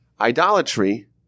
idolatry